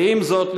ועם זאת,